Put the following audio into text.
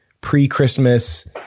pre-christmas